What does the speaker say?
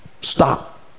stop